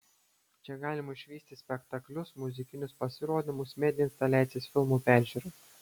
čia galima išvysti spektaklius muzikinius pasirodymus media instaliacijas filmų peržiūras